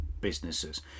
businesses